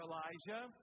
Elijah